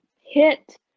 hit